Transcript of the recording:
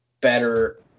better